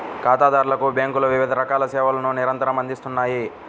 ఖాతాదారులకు బ్యేంకులు వివిధ రకాల సేవలను నిరంతరం అందిత్తన్నాయి